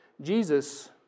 Jesus